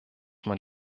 man